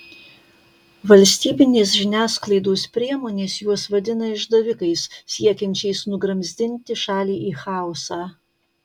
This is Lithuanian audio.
valstybinės žiniasklaidos priemonės juos vadina išdavikais siekiančiais nugramzdinti šalį į chaosą